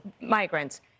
migrants